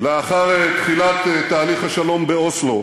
לאחר תחילת תהליך השלום של אוסלו,